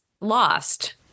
lost